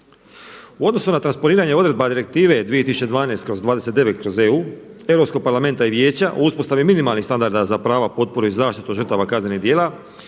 U odnosu na transponiranje odredba Direktive 2012/29/EU Europskog parlamenta i Vijeća o uspostavi minimalnih standarda za prava, potporu i zaštitu žrtava kaznenih djela